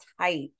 tight